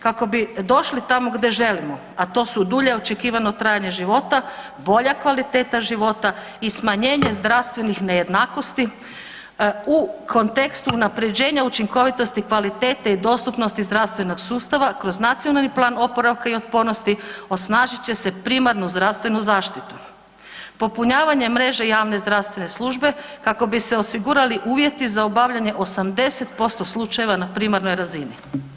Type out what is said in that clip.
Kako bi došli tamo gde želimo, a to su dulje očekivano trajanje života, bolja kvaliteta života i smanjenje zdravstvenih nejednakosti u kontekstu unaprjeđenja učinkovitosti kvalitete i dostupnosti zdravstvenog sustava kroz NPOO osnažit će se primarnu zdravstvenu zaštitu, popunjavanje mreže javne zdravstvene službe kako bi se osigurali uvjeti za obavljanje 80% slučajeva na primarnoj razini.